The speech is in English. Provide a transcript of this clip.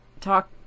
talk